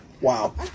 Wow